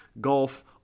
golf